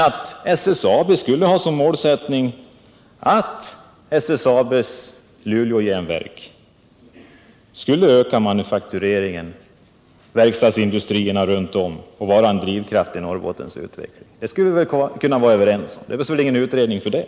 Att SSAB skulle ha som målsättning att NJA ökar manufakturering och verkstadsindustrier och blir en drivkraft i Norrbottens utveckling skulle vi väl kunna vara överens om? Det behövs väl ingen utredning för det.